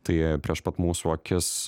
tai prieš pat mūsų akis